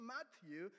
Matthew